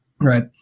right